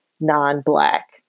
non-black